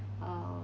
uh